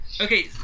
Okay